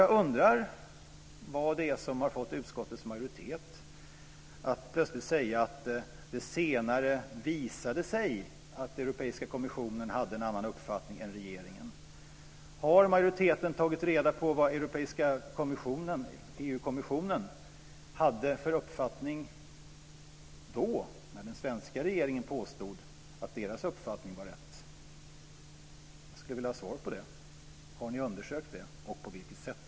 Jag undrar vad det är som har fått utskottets majoritet att plötsligt säga att det senare visade sig att Europeiska kommissionen hade en annan uppfattning än regeringen. Har majoriteten tagit reda på vad EU kommissionen hade för uppfattning när den svenska regeringen påstod att deras uppfattning var den rätta? Jag skulle vilja ha svar på det. Har ni undersökt detta och på vilket sätt i så fall?